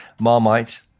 marmite